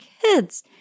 kids